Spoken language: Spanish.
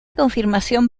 confirmación